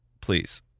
Please